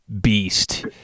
beast